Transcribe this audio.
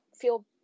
feel